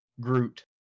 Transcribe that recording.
Groot